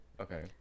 Okay